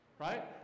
Right